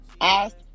ask